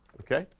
okay?